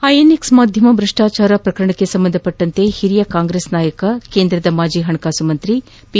INX ಮಾಧ್ಯಮ ಭ್ರಷ್ಟಾಚಾರ ಪ್ರಕರಣಕ್ಕೆ ಸಂಬಂಧಿಸಿದಂತೆ ಹಿರಿಯ ಕಾಂಗ್ರೆಸ್ ನಾಯಕ ಕೇಂದ್ರದ ಮಾಜಿ ಹಣಕಾಸು ಸಚಿವ ಪಿ